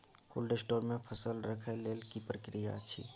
Cold store मे फसल रखय लेल की प्रक्रिया अछि?